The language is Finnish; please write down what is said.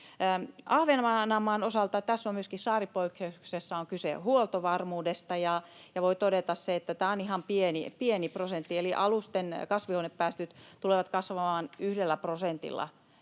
Ahvenanmaan osalta tässä saaripoikkeuksessa on myöskin kyse huoltovarmuudesta. Voi todeta sen, että tämä on ihan pieni prosentti, eli alusten kasvihuonepäästöt tulevat kasvamaan yhdellä prosentilla